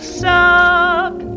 suck